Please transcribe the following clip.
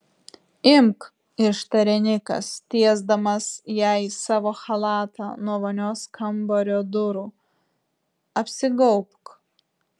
imk ištarė nikas tiesdamas jai savo chalatą nuo vonios kambario durų apsigaubk